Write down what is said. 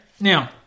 Now